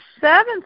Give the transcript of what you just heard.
seventh